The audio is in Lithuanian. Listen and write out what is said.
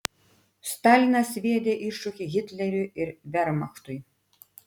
stalinas sviedė iššūkį hitleriui ir vermachtui